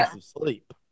sleep